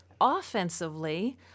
offensively